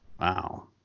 Wow